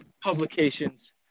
publications